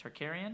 Tarkarian